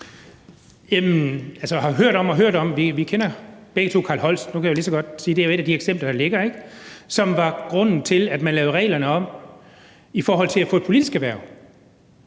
der ligger. Det var grunden til, at man lavede reglerne om i forhold til at få et politisk hverv.